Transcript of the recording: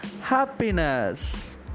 happiness